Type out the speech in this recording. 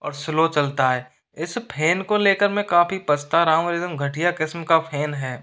और स्लो चलता है इस फेन को लेकर मैं काफ़ी पछता रहा हूं एकदम घटिया किस्म का फेन है